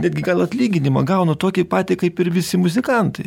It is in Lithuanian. netgi gal atlyginimą gauna tokį patį kaip ir visi muzikantai